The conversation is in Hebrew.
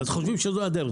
אז חושבים שזו הדרך.